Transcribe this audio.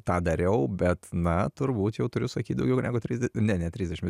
tą dariau bet na turbūt jau turiu sakyti daugiau negu tris ne netrisdešimt